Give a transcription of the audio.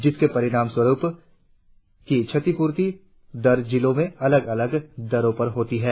जिसके परिणाम स्वरुप भूमि की क्षेती पूर्ति दर जिलों में अलग अलग दरो पर होता है